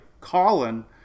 Colin